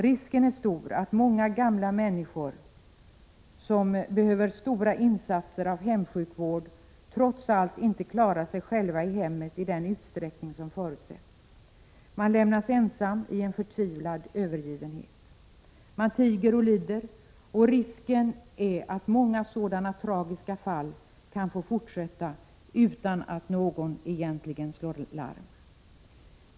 Risken är stor att många gamla människor som behöver stora insatser av hemsjukvård trots allt inte klarar sig själva i hemmet i den utsträckning som förutsätts. Man lämnas ensam i en förtvivlad övergivenhet. Man tiger och lider, och risken är att många sådana tragiska fall kan få fortsätta utan att någon egentligen slår larm.